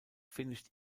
finished